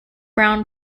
brown